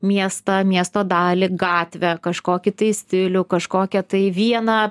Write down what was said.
miestą miesto dalį gatvę kažkokį tai stilių kažkokią tai vieną